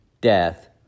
death